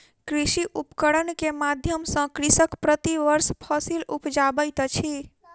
कृषि उपकरण के माध्यम सॅ कृषक प्रति वर्ष फसिल उपजाबैत अछि